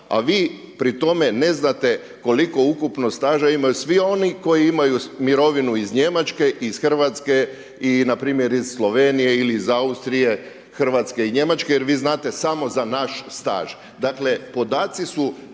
a vi pri tome ne znate koliko ukupno staža imaju svi oni koji imaju mirovinu iz Njemačke, iz RH i npr. iz Slovenije ili iz Austrije, RH i Njemačke jer vi znate samo za naš staž. Dakle, podaci su